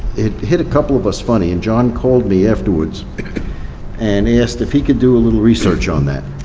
it hit a couple of us funny, and john called me afterwards and asked if he could do a little research on that.